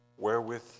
Wherewith